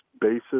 basis